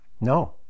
No